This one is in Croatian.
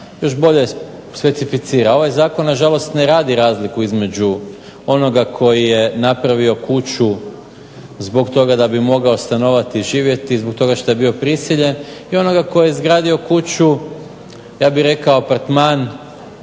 još bolje specificira, ovaj zakon nažalost ne radi razliku između onoga koji je napravio kuću zbog toga da bi mogao stanovati i živjeti i zbog toga što je bio prisiljen i onoga koji je izgradio kuću, ja bih rekao apartman,